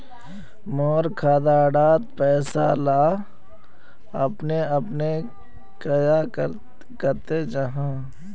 मोर खाता डार पैसा ला अपने अपने क्याँ कते जहा?